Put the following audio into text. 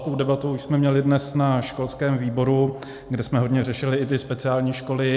Velkou debatu jsme měli dnes na školském výboru, kde jsme hodně řešili i speciální školy.